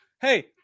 Hey